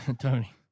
Tony